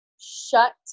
shut